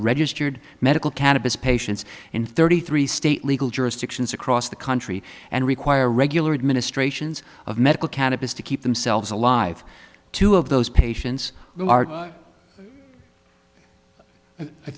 registered medical cannabis patients in thirty three state legal jurisdictions across the country and require regular administrations of medical cannabis to keep themselves alive two of those patients